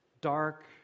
dark